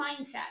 mindset